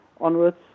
onwards